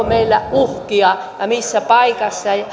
meillä uhkia ja missä paikassa